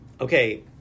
Okay